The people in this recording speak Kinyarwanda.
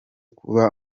kuba